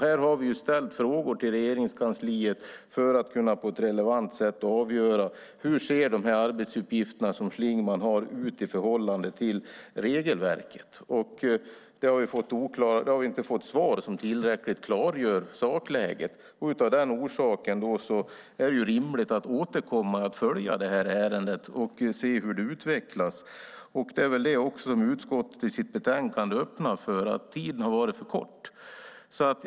Här har vi ställt frågor till Regeringskansliet för att kunna avgöra på ett relevant sätt hur de arbetsuppgifter som Schlingmann har ser ut i förhållande till regelverket, men vi har inte fått svar som tillräckligt klargör sakläget. Av den orsaken är det rimligt att återkomma och följa ärendet och se hur det utvecklas. Det är väl också det som utskottet i sitt betänkande öppnar för. Tiden har varit för kort.